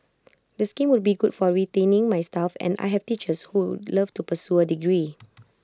the scheme would be good for retaining my staff and I have teachers who love to pursue A degree